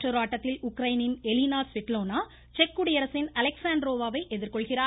மற்றொரு ஆட்டத்தில் உக்ரைனின் எலினோ ஸ்வெட்டோலினா செக் குடியரசின் அலெக்சான்ட்ரோவா வை எதிர்கொள்கிறார்